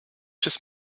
just